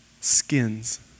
skins